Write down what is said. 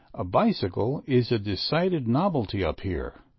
a bicycle is a decided novelty up here,